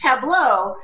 tableau